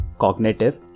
cognitive